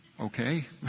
Okay